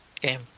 game